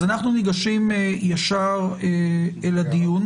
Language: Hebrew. אז אנחנו ניגשים ישר אל הדיון.